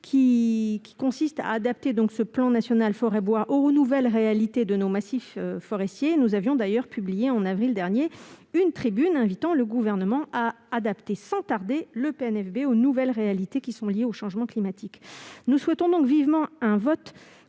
qui consiste à adapter le PNFB aux nouvelles réalités de nos massifs forestiers. Nous avions d'ailleurs publié en avril dernier une tribune invitant le Gouvernement à adapter sans tarder le PNFB aux nouvelles réalités liées au changement climatique. Nous souhaitons donc vivement un vote